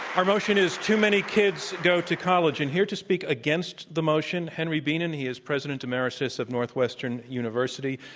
our motion is too many kids go to college. and here to speak against the motion, henry bienen. he is president emeritus of northwestern university.